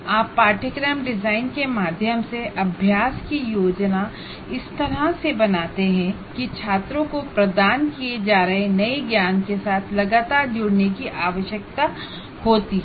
आप course design में exercise ऐसे प्लान करते हैं कि छात्रों को इस नए ज्ञान के साथ लगातार जुड़ने की आवश्यकता होती है